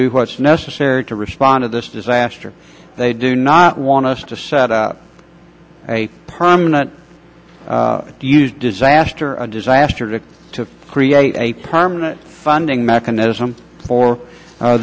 do what's necessary to respond to this disaster they do not want us to set up a permanent huge disaster a disaster to to create a permanent funding mechanism for